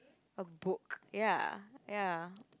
a book ya ya